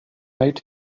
made